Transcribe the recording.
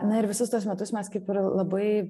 na ir visus tuos metus mes kaip ir labai